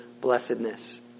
blessedness